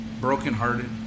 brokenhearted